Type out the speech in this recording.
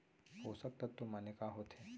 पोसक तत्व माने का होथे?